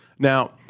Now